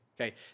okay